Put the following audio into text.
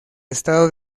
estado